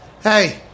Hey